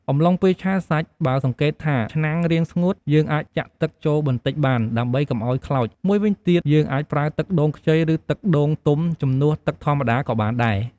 អំំឡុងពេលឆាសាច់ បើសង្កេតថាឆ្នាំងរាងស្ងួត យើងអាចចាក់ទឹកចូលបន្តិចបាន ដើម្បីកុំឱ្យខ្លោច មួយវិញទៀត យើងអាចប្រើទឹកដូងខ្ចី ឬ ទឹកដូងទុំជំនួសទឹកធម្មតាក៏បានដែរ។